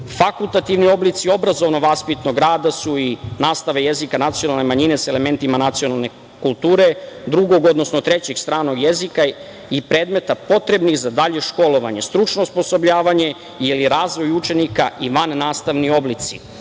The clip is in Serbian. Fakultativni oblici obrazovno-vaspitnog rada su i nastava jezika nacionalne manjine sa elementima nacionalne kulture, drugog, odnosno trećeg stranog jezika i predmeta potrebnih za dalje školovanje, stručno osposobljavanje ili razvoj učenika i vannastavni oblici,